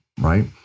Right